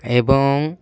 এবং